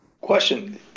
question